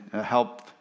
help